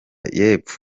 y’epfo